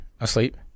Asleep